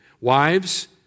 wives